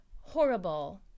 horrible